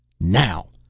now!